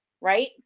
right